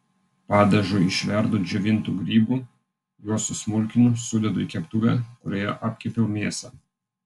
padažui išverdu džiovintų grybų juos susmulkinu sudedu į keptuvę kurioje apkepiau mėsą